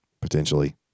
potentially